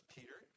Peter